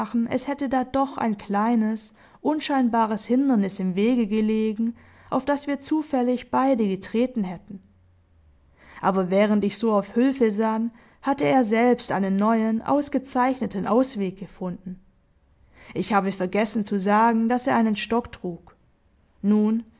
es hätte da doch ein kleines unscheinbares hindernis im wege gelegen auf das wir zufällig beide getreten hätten aber während ich so auf hülfe sann hatte er selbst einen neuen ausgezeichneten ausweg gefunden ich habe vergessen zu sagen daß er einen stock trug nun